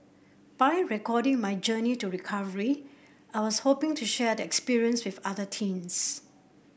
by recording my journey to recovery I was hoping to share the experience with other teens